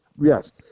Yes